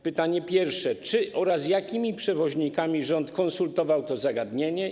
Pytanie pierwsze: Czy oraz z jakimi przewoźnikami rząd konsultował to zagadnienie?